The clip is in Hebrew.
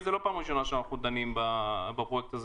זאת לא הפעם הראשונה שאנחנו דנים בפרויקט הזה